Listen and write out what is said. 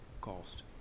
cost